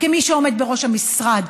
כמי שעומד בראש המשרד,